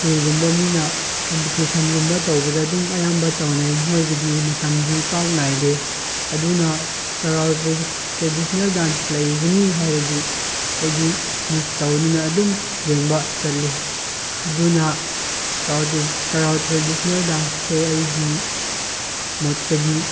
ꯀꯩꯒꯨꯝꯕ ꯃꯤꯅ ꯀꯝꯄꯤꯇꯤꯁꯟꯒꯨꯝꯕ ꯇꯧꯕꯗ ꯑꯗꯨꯝ ꯑꯌꯥꯝꯕ ꯇꯧꯅꯩ ꯃꯣꯏꯒꯤꯗꯤ ꯃꯇꯝꯗꯤ ꯄꯥꯛ ꯅꯥꯏꯗꯦ ꯑꯗꯨꯅ ꯇꯔꯥꯎ ꯇ꯭ꯔꯦꯗꯤꯁꯅꯦꯜ ꯗꯥꯟꯁ ꯂꯩꯒꯅꯤ ꯍꯥꯏꯔꯗꯤ ꯑꯩꯗꯤ ꯃꯤꯁ ꯇꯧꯗꯅ ꯑꯗꯨꯝ ꯌꯦꯡꯕ ꯆꯠꯂꯤ ꯑꯗꯨꯅ ꯇꯔꯥꯎ ꯇ꯭ꯔꯦꯗꯤꯁꯅꯦꯜ ꯗꯥꯟꯁ ꯑꯁꯦ ꯑꯩꯒꯤ ꯃꯣꯠꯇꯗꯤ